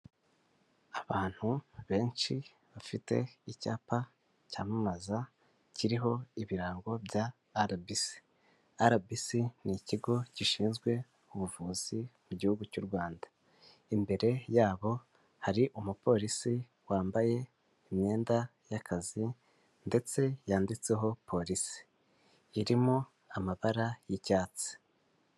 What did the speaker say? Abantu benshi bafite icyapa cyamamaza kiriho ibirango bya RBC. Ni ikigo gishinzwe ubuvuzi mu gihugu cy'u Rwanda, imbere yabo hari umu polisi wambaye imyenda y'akazi ndetse yanditseho polisi irimo amabara y'icyatsi.